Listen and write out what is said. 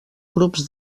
grups